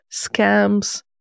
scams